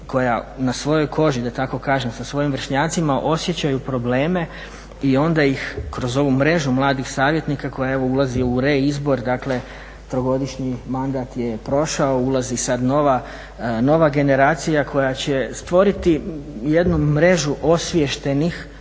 koja na svojoj koži da tako kažem sa svojim vršnjacima osjećaju probleme i onda ih kroz ovu mrežu mladih savjetnika koja evo ulazi u reizbor, dakle trogodišnji mandat je prošao, ulazi sada nova generacija koja će stvoriti jednu mrežu osviještenih